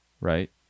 right